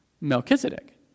Melchizedek